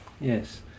Yes